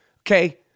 okay